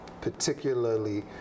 particularly